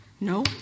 No